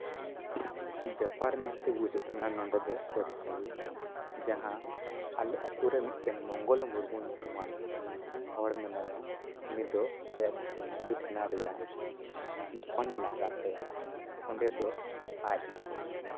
ᱵᱮᱯᱟᱨ ᱢᱮᱱᱛᱮ ᱵᱩᱡᱷᱟᱹᱜ ᱠᱟᱱᱟ ᱱᱚᱰᱮ ᱫᱚ ᱵᱮᱵᱽᱥᱟᱭᱤ ᱡᱟᱦᱟᱸ ᱟᱞᱮ ᱟᱛᱳᱨᱮ ᱢᱤᱫᱴᱮᱱ ᱢᱚᱝᱜᱚᱞ ᱢᱩᱨᱢᱩ ᱧᱩᱛᱩᱢᱟᱱ ᱦᱚᱲ ᱢᱮᱱᱟᱭᱟ ᱩᱱᱤ ᱫᱚ ᱟᱭᱟᱜ ᱢᱤᱫᱴᱮᱱ ᱢᱩᱫᱤ ᱠᱷᱟᱱᱟ ᱨᱮᱭᱟᱜ ᱫᱚᱠᱟᱱ ᱢᱮᱱᱟᱜ ᱠᱟᱜ ᱛᱟᱭᱟ ᱚᱸᱰᱮ ᱫᱚ ᱟᱡ